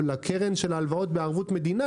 לקרן של ההלוואות בערבות המדינה,